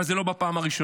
אבל זה לא בפעם הראשונה.